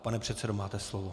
Pane předsedo, máte slovo.